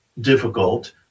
difficult